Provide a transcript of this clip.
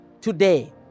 today